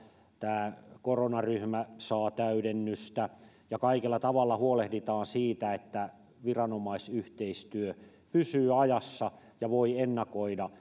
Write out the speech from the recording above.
tämä koronaryhmä saa täydennystä ja kaikella tavalla huolehditaan siitä että viranomaisyhteistyö pysyy ajassa ja voi ennakoida